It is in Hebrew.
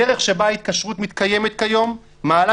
2. הדרך שבה ההתקשרות מתקיימת כיום מעלה